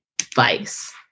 advice